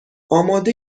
آماده